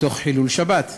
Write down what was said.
בחילול שבת,